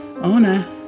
Ona